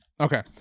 okay